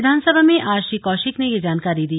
विधानसभा में आज श्री कौशिक ने यह जानकारी दी